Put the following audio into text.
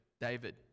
David